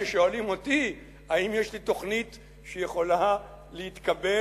כששואלים אותי אם יש לי תוכנית שיכולה להתקבל